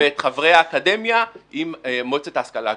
ואת חברי האקדמיה, עם המועצה להשכלה גבוהה.